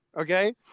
okay